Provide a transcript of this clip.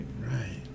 Right